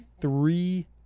three